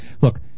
look